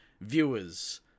viewers